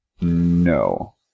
No